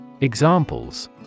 Examples